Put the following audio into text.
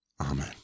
Amen